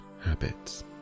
habits